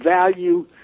value